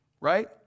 right